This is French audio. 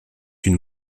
une